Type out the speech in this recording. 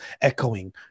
echoing